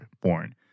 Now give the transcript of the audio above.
born